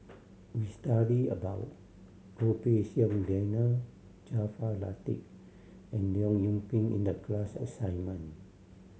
we studied about Goh Pei Siong Daniel Jaafar Latiff and Leong Yoon Pin in the class assignment